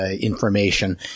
information